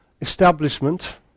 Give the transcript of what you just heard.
establishment